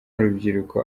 urubyiruko